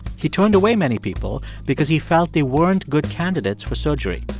he turned away many people because he felt they weren't good candidates for surgery.